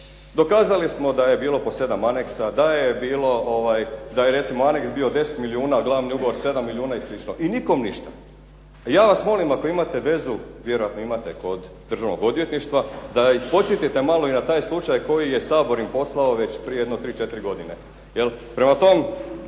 Dokazali smo da je bilo po 7 anexa, da je recimo anex bio 10 milijuna a glavni ugovor 7 milijuna i slično i nikome ništa. Ja vas molim ako imate vezu, vjerojatno imate kod Državnog odvjetništva da ih podsjetite malo i na taj slučaj koji je Sabor im posao već prije jedno tri, četiri godine. Prema tome,